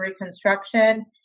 reconstruction